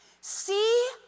See